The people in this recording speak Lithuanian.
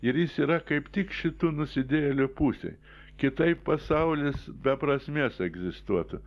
ir jis yra kaip tik šitų nusidėjėlių pusėj kitaip pasaulis be prasmės egzistuotų